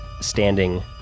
standing